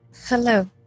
hello